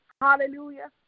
hallelujah